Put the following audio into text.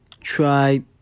try